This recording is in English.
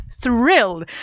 thrilled